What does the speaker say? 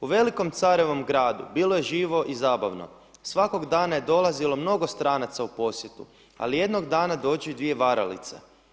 U velikom carevom gradu bilo je živo i zabavno, svakoga dana je dolazilo mnogo stranaca u posjetu, ali jednoga dana dođu i dvije varalice.